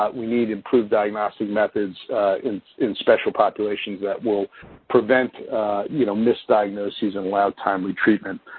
we need improved diagnostic methods in in special populations that will prevent you know misdiagnoses and allow timely treatment.